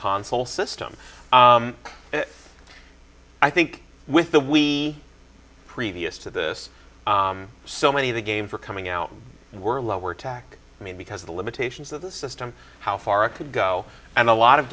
console system i think with the we previous to this so many of the game for coming out were lower tac i mean because of the limitations of the system how far it could go and a lot of